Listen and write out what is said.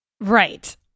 Right